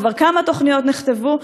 כבר כמה תוכניות נכתבו,